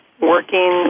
working